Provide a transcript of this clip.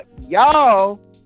y'all